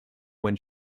when